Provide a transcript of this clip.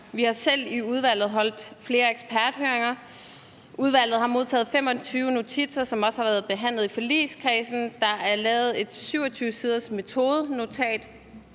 vi har selv i udvalget holdt flere eksperthøringer; udvalget har modtaget 25 notitser, som også har været behandlet i forligskredsen; der er lavet et 27 sider langt metodenotat,